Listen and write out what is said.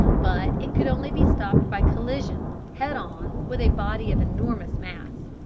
but it could only be stopped by collision, head-on, with a body of enormous mass.